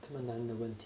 这么难的问题